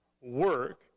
Work